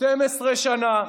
12 שנה ויותר.